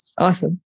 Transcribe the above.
Awesome